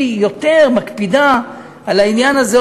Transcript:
היא יותר מקפידה על העניין הזה,